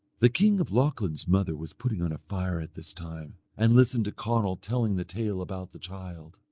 the king of lochlann's mother was putting on a fire at this time, and listening to conall telling the tale about the child.